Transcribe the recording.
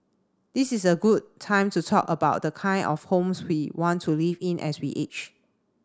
this is a good time to talk about the kind of homes we want to live in as we age